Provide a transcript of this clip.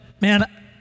man